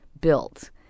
built